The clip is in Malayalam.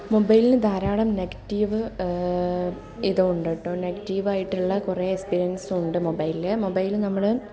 മൊബൈലിനു ധാരാളം നെഗറ്റീവ് ഇതും ഉണ്ട് കേട്ടോ നെഗറ്റീവ് ആയിട്ടുള്ള കുറെ എക്സ്പീരിയൻസ് ഉണ്ട് മൊബൈലിൽ മൊബൈല് നമ്മൾ